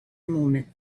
moment